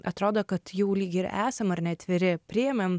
atrodo kad jau lyg ir esam ar ne atviri priėmėm